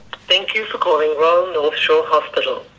thank you for calling royal north shore hospital,